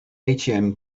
atm